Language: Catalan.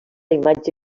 imatge